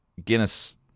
Guinness